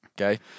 Okay